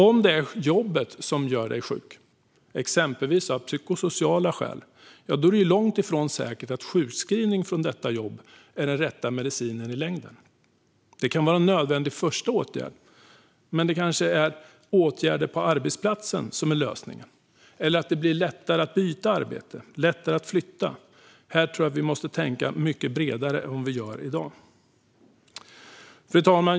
Om det är jobbet som gör dig sjuk, exempelvis av psykosociala skäl, är det långt ifrån säkert att sjukskrivning från detta jobb är den rätta medicinen i längden. Det kan vara en nödvändig första åtgärd. Men det är kanske åtgärder på arbetsplatsen som är lösningen, eller att det blir lättare att byta arbete eller att det blir lättare att flytta. Här tror jag att vi måste tänka mycket bredare än vad vi gör i dag. Fru talman!